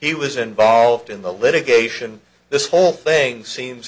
he was involved in the litigation this whole thing seems